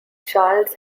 charles